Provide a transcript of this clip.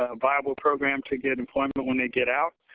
a viable program to get employment when they get out.